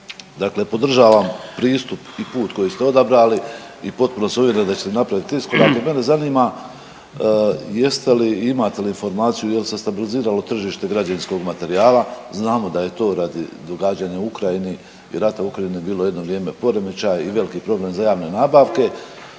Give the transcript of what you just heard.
Dakle, podržavam pristup i put koji ste odabrali i potpuno sam uvjeren da ćete napraviti iskorak. I mene zanima jeste li i imate li informaciju je li stabiliziralo tržište građevinskog materijala? Znamo da je to radi događanja u Ukrajini i rata u Ukrajini bilo jedno vrijeme poremećaj i veliki problem za javne nabavke.